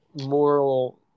moral